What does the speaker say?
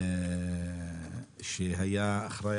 שהיה אחראי